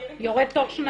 יורד תוך שנתיים.